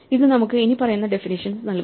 ഇത് നമുക്ക് ഇനിപ്പറയുന്ന ഡെഫിനിഷ്യൻസ് നൽകുന്നു